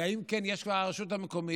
אלא אם כן יש לרשות המקומית,